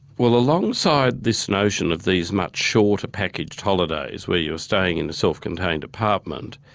well alongside this notion of these much shorter packaged holidays where you're staying in a self-contained apartment,